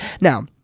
now